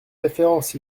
référence